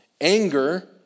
Anger